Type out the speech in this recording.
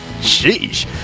Sheesh